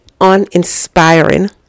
uninspiring